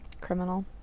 criminal